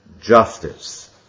justice